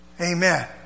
Amen